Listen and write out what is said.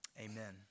Amen